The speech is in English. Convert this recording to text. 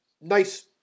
nice